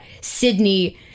Sydney